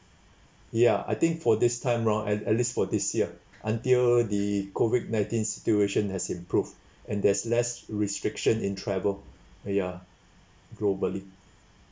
ya I think for this time round at at least for this year until the COVID nineteen situation has improve and there's less restriction in travel ya globally